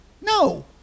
No